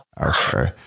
Okay